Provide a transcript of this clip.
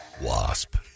Wasp